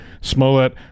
Smollett